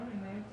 אתמול עם נעמה,